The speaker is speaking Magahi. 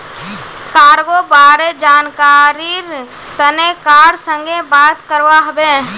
कार्गो बारे जानकरीर तने कार संगे बात करवा हबे